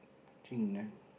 three in one